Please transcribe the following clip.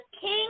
King